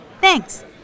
Thanks